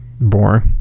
boring